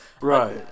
Right